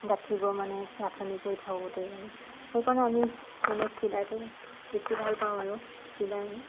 গাঁঠিব মানে গাঁঠনি কৰি থাকোঁতেই মানে সেইকাৰণে আমি মানে চিলাইটো বেছি ভাল পাওঁ আৰু চিলাই